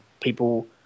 people